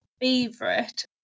favorite